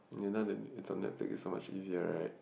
you know that it's on Netflix it's so much easier right